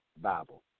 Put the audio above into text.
Bible